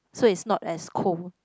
so it's not as cold